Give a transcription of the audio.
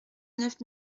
neuf